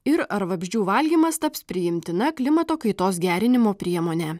ir ar vabzdžių valgymas taps priimtina klimato kaitos gerinimo priemone